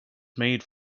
made